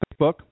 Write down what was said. Facebook